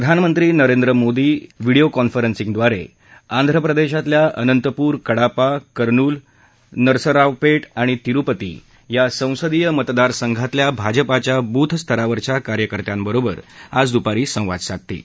प्रधानमंत्री नरेंद्र मोदी व्हिडीओ कॉन्फरन्सिंगद्वारे अनंतपुर कडापा कुरनूल नरसरावपेट आणि तिरुपती या संसदीय मतदारसंघातल्या भाजपच्या बूथ स्तरावरच्या कार्यकर्त्यांबरोबर आज दुपारी संवाद साधतील